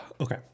Okay